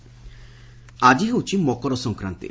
ମକର ଆକି ହେଉଛି ମକର ସଂକ୍ରାନ୍ତି